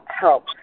help